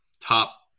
top